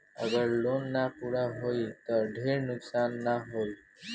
अगर लोन ना पूरा होई त ढेर नुकसान ना होई